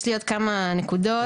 יש,